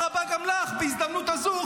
בהזדמנות הזאת,